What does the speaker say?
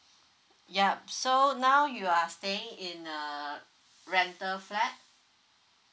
yup so now you are staying in a rental flat